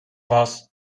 was